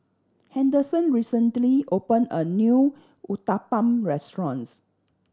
Henderson recently opened a new Uthapam Restaurant